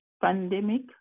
pandemic